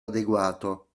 adeguato